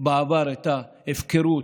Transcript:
בעבר את ההפקרות,